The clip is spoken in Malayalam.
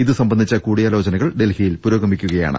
ഇതു സംബന്ധിച്ച കൂടിയാലോചനകൾ ഡൽഹിയിൽ പുരോഗമിക്കുകയാണ്